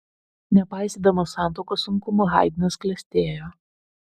nepaisydamas santuokos sunkumų haidnas klestėjo